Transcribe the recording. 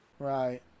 Right